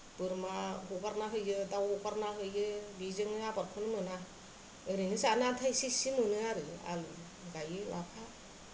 बोरमा हगारना होयो दाउ हगारना होयो बिजोंनो आबादखौनो मोना ओरैनो जानो आन्था इसे इसे मोनो आरो आलु गायो लाफा